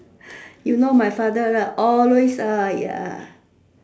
you know my father lah always !aiya!